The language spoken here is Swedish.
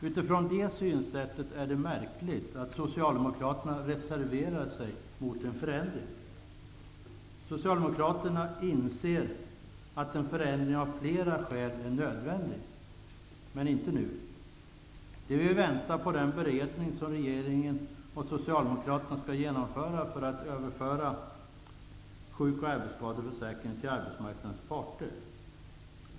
Utifrån det synsättet är det märkligt att socialdemokraterna reserverar sig mot en förändring. Socialdemokraterna inser att en förändring av flera skäl är nödvändig, men inte nu. De vill vänta på den beredning som regeringen och socialdemokraterna skall genomföra för att överföra sjuk och arbetsskadeförsäkringarna till arbetsmarknadens parter.